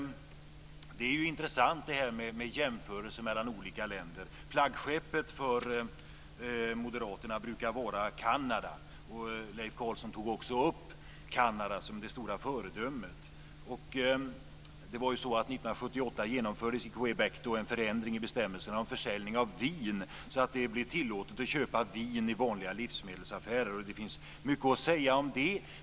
Det är ju intressant med jämförelser mellan olika länder. Flaggskeppet för Moderaterna brukar vara Kanada, och Leif Carlson tog också upp Kanada som det stora föredömet. År 1978 genomfördes i Québec en förändring i bestämmelserna om försäljning av vin. Det blev tillåtet att köpa vin i vanliga livsmedelsaffärer. Det finns mycket att säga om det.